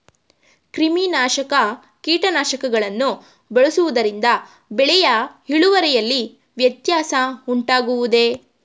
ಕ್ರಿಮಿನಾಶಕ ಕೀಟನಾಶಕಗಳನ್ನು ಬಳಸುವುದರಿಂದ ಬೆಳೆಯ ಇಳುವರಿಯಲ್ಲಿ ವ್ಯತ್ಯಾಸ ಉಂಟಾಗುವುದೇ?